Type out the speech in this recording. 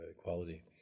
Equality